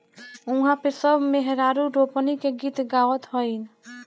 उहा पे सब मेहरारू रोपनी के गीत गावत हईन